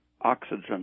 oxygen